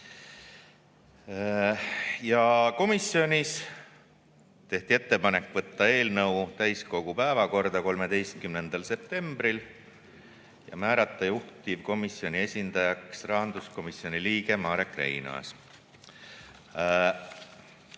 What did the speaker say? Komisjonis tehti ettepanek võtta eelnõu täiskogu päevakorda 13. septembril ja määrata juhtivkomisjoni esindajaks rahanduskomisjoni liige Marek Reinaas.